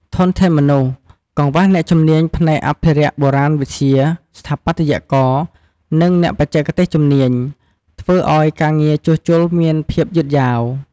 ធនធានមនុស្ស កង្វះអ្នកជំនាញផ្នែកអភិរក្សបុរាណវិទ្យា ស្ថាបត្យករ និងអ្នកបច្ចេកទេសជំនាញ ធ្វើឱ្យការងារជួសជុលមានភាពយឺតយ៉ាវ។